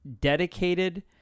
dedicated